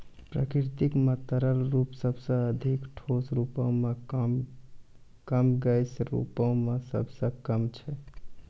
प्रकृति म तरल रूप सबसें अधिक, ठोस रूपो म कम, गैस रूपो म सबसे कम छै